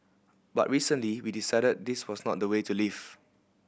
but recently we decided this was not the way to live